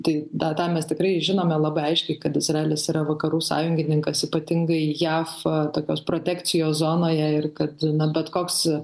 tai tą tą mes tikrai žinome labai aiškiai kad izraelis yra vakarų sąjungininkas ypatingai jav tokios protekcijos zonoje ir kad na bet koks